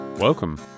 Welcome